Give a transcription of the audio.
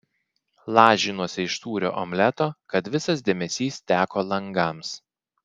lažinuosi iš sūrio omleto kad visas dėmesys teko langams